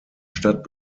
stadt